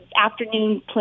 afternoon